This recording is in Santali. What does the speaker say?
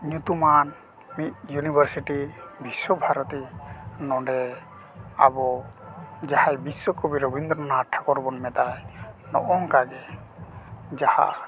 ᱧᱩᱛᱩᱢᱟᱱ ᱢᱤᱫ ᱤᱭᱩᱱᱤᱵᱷᱟᱨᱥᱤᱴᱤ ᱵᱤᱥᱥᱚ ᱵᱷᱟᱨᱚᱛᱤ ᱱᱚᱰᱮ ᱟᱵᱚ ᱡᱟᱦᱟᱸᱭ ᱵᱤᱥᱥᱚᱠᱚᱵᱤ ᱨᱚᱵᱤᱱᱫᱨᱚᱱᱟᱛᱷ ᱴᱷᱟᱹᱠᱩᱨ ᱵᱚᱱ ᱢᱮᱛᱟᱭ ᱱᱚᱜ ᱚᱝᱠᱟᱜᱮ ᱡᱟᱦᱟᱸ